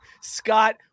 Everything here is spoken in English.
Scott